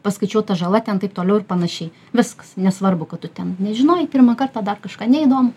paskaičiuota žala ten taip toliau ir panašiai viskas nesvarbu kad tu ten nežinojai pirmą kartą dar kažką neįdomu